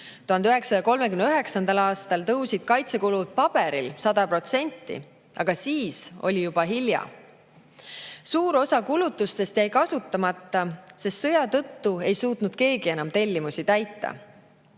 1939. aastal tõusid kaitsekulud paberil 100%, aga siis oli juba hilja. Suur osa kulutustest jäi kasutamata, sest sõja tõttu ei suutnud keegi enam tellimusi täita.